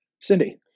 Cindy